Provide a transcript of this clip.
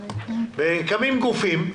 קמים גופים,